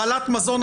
הרעלת מזון,